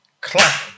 clap